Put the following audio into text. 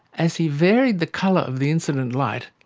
as he varied the colour of the incident light,